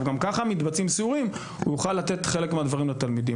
גם כך מתבצעים סיורים הוא יוכל לתת חלק מהדברים לתלמידים.